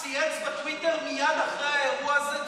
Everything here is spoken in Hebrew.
הוא צייץ בטוויטר מייד אחרי האירוע הזה.